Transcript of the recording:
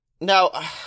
Now